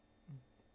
mm